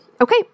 Okay